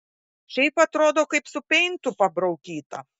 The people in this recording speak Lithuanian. šiaip atrodo kaip su peintu pabraukyta